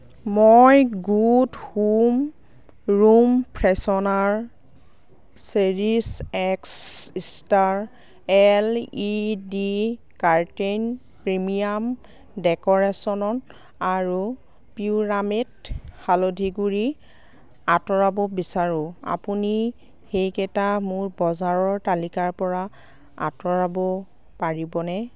মই গুড হোম ৰুম ফ্ৰেছনাৰ চেৰিছ এক্স ষ্টাৰ এল ই ডি কাৰ্টেইন প্ৰিমিয়াম ডেক'ৰেশ্যনত আৰু পিউৰামেট হালধি গুড়ি আঁতৰাব বিচাৰো আপুনি সেইকেইটা মোৰ বজাৰৰ তালিকাৰ পৰা আঁতৰাব পাৰিবনে